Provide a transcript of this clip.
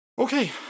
okay